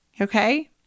okay